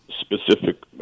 specific